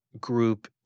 group